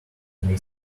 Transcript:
may